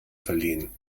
verliehen